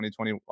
2021